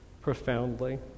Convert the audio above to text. profoundly